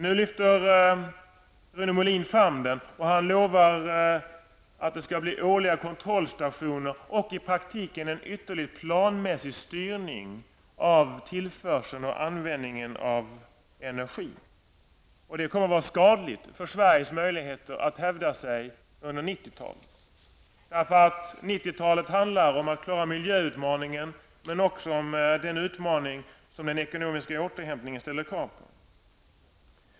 Nu lyfter Rune Molin fram den fiktionen, och han lovar att det skall bli årliga kontrollstationer och i praktiken en ytterligt planmässig styrning av tillförseln och användningen av energi. Det kommer att bli skadligt för Sveriges möjligheter att hävda sig under 90-talet. 90-talet handlar om att klara miljöutmaningen, men också om den utmaning som den ekonomiska återhämtningen ställer krav på.